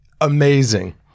amazing